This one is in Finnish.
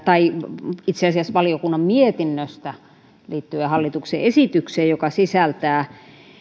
tai itse asiassa valiokunnan mietinnöstä liittyen hallituksen esitykseen joka sisältää